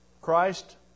Christ